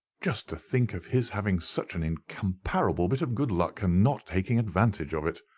just to think of his having such an incomparable bit of good luck, and not taking advantage of it.